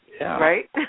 Right